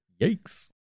Yikes